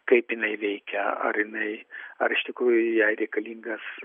kaip jinai veikia ar jinai ar iš tikrųjų jai reikalingas